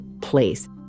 place